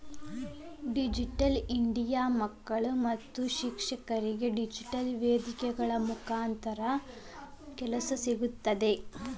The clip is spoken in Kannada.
ಡಿಜಿಟಲ್ ಇಂಡಿಯಾ ಮಕ್ಕಳು ಮತ್ತು ಶಿಕ್ಷಕರಿಗೆ ಡಿಜಿಟೆಲ್ ವೇದಿಕೆಗಳ ಮುಕಾಂತರ ಶಿಕ್ಷಣವನ್ನ ಕೊಡ್ತೇತಿ